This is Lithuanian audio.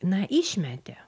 na išmetė